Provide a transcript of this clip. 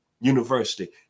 University